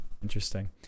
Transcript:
interesting